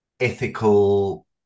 ethical